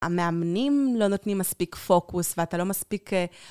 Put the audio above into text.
המאמנים לא נותנים מספיק פוקוס ואתה לא מספיק...